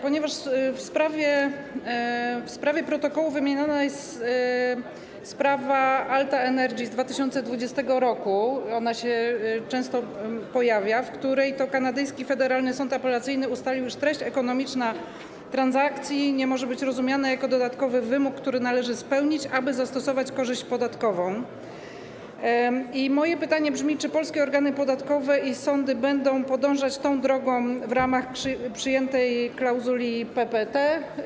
Ponieważ w sprawie protokołu wymieniona jest sprawa Alta Energy z 2020 r., ona się często pojawia, w której to kanadyjski federalny sąd apelacyjny ustalił, że treść ekonomiczna transakcji nie może być rozumiana jako dodatkowy wymóg, który należy spełnić, aby zastosować korzyść podatkową, moje pytanie brzmi: Czy polskie organy podatkowe i sądy będą podążać tą drogą w ramach przyjętej klauzuli PPT?